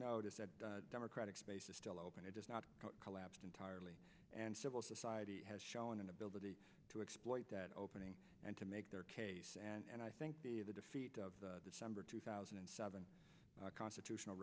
is that democratic space is still open it has not collapsed entirely and civil society has shown an ability to exploit that opening and to make their case and i think the the defeat of december two thousand and seven constitutional